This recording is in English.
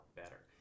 better